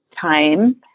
time